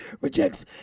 rejects